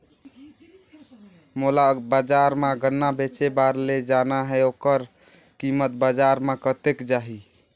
मोला बजार मां गन्ना बेचे बार ले जाना हे ओकर कीमत बजार मां कतेक जाही?